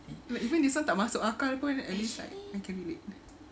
even this one tak masuk akal pun at least I I can relate